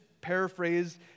paraphrase